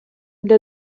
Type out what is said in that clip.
для